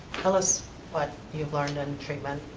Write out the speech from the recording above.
tell us what you've learned in treatment.